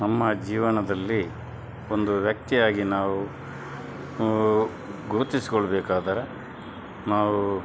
ನಮ್ಮ ಜೀವನದಲ್ಲಿ ಒಂದು ವ್ಯಕ್ತಿಯಾಗಿ ನಾವು ಗುರುತಿಸ್ಕೊಳ್ಬೇಕಾದರೆ ನಾವು